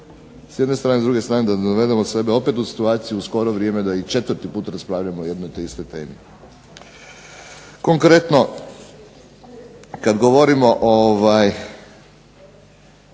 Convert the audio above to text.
s jedne strane. S druge strane da dovedemo sebe opet u situaciju u skoro vrijeme da i četvrti put raspravljamo o jednoj te istoj temi. Konkretno kad govorimo i